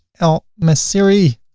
el messiri